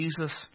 Jesus